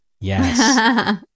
Yes